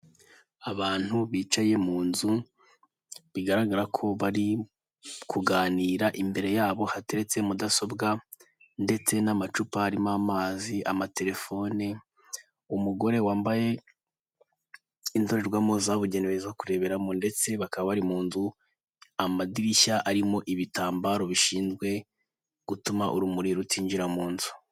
Abantu bicaye mu nzu, bigaragara ko bari kuganira, imbere yabo hateretse mudasobwa ndetse n'amacupa arimo amazi, amatelefone, umugore wambaye indorerwamo zabugenewe zo kureberamo ndetse bakaba bari mu nzu, amadirishya arimo ibitambaro bishinzwe gutuma urumuri rutinjira mu nzu.